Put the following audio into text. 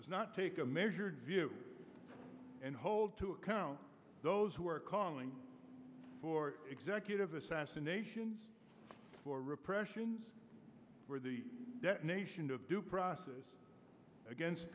does not take a measured view and hold to account those who are calling for executive assassinations for repressions for the nation to due process against